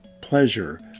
pleasure